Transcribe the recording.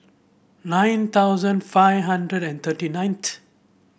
nine thousand five hundred and thirty nineth